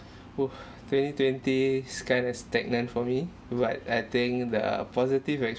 twenty twenty is kind of stagnant for me but I think there are positive